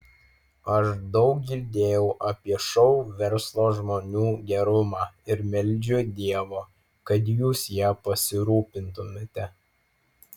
aš daug girdėjau apie šou verslo žmonių gerumą ir meldžiu dievo kad jūs ja pasirūpintumėte